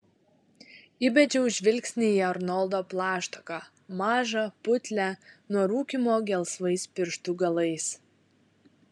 įbedžiau žvilgsnį į arnoldo plaštaką mažą putlią nuo rūkymo gelsvais pirštų galais